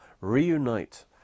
reunite